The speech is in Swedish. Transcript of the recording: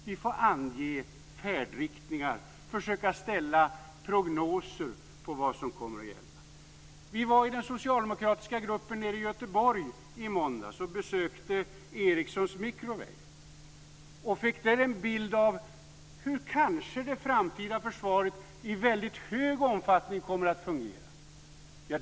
Vi får ange färdriktningar och försöka att göra prognoser om vad som kommer att gälla. Vi i den socialdemokratiska gruppen var i Göteborg i måndags och besökte Ericsson Microwave. Då fick vi en bild av hur det framtida försvaret kanske kommer att fungera.